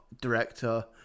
director